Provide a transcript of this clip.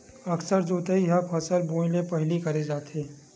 अकरस जोतई ह फसल बोए ले पहिली करे जाथे